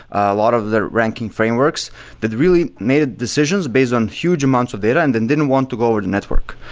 a lot of the ranking frameworks that really made ah decisions based on huge amounts of data and then didn't want to go over the network.